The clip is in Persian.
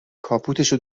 کاپوتشو